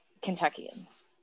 Kentuckians